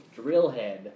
Drillhead